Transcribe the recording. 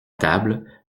table